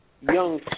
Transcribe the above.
young